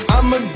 I'ma